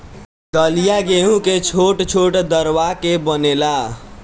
दलिया गेंहू के छोट छोट दरवा के बनेला